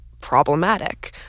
problematic